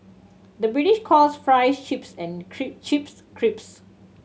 the British calls fries chips and chips crisps